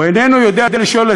הוא איננו יודע לשאול,